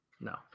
No